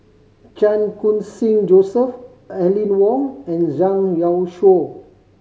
Chan Khun Sing Joseph Aline Wong and Zhang Youshuo